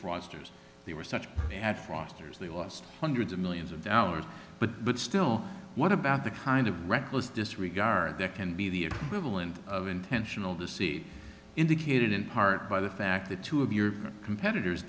fraudsters they were such at foster's they lost hundreds of millions of dollars but but still what about the kind of reckless disregard that can be the equivalent of intentional deceit indicated in part by the fact that two of your competitors